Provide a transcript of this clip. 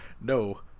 no